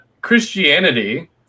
Christianity